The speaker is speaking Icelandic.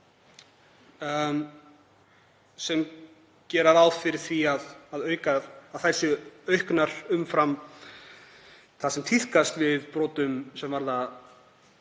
sem gera ráð fyrir því að þær séu auknar umfram það sem tíðkast við brotum sem varða